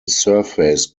surface